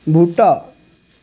बूह्टा